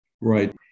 Right